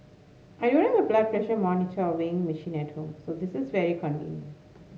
I don't have a blood pressure monitor or weighing machine at home so this is very convenient